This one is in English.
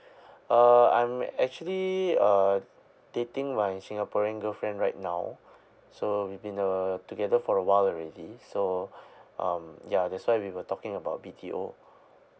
uh I'm actually uh dating my singaporean girlfriend right now so we've been uh together for a while already so um ya that's why we were talking about B_T_O